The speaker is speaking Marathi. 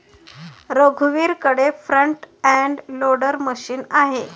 रघुवीरकडे फ्रंट एंड लोडर मशीन आहे